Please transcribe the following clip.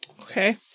Okay